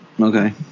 Okay